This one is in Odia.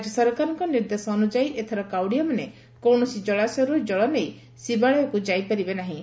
ରାକ୍ୟ ସରକାରଙ୍କ ନିର୍ଦ୍ଦେଶ ଅନୁଯାୟୀ ଏଥର କାଉଡ଼ିଆମାନେ କୌଣସି ଜଳାଶୟରୁ କଳ ନେଇ ଶିବାଳୟକୁ ଯାଇପାରିବେ ନାହିଁ